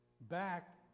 back